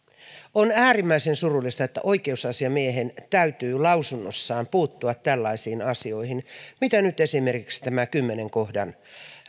on äärimmäisen surullista että oikeusasiamiehen täytyy lausunnossaan puuttua tällaisiin asioihin mitä nyt esimerkiksi tämä kymmenen kohdan